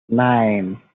nine